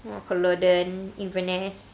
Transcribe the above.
culloden inverness